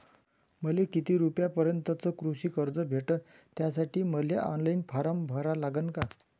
मले किती रूपयापर्यंतचं कृषी कर्ज भेटन, त्यासाठी मले ऑनलाईन फारम भरा लागन का?